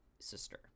sister